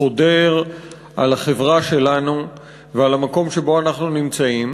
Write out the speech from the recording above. חודר על החברה שלנו ועל המקום שבו אנחנו נמצאים,